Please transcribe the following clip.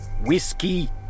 whiskey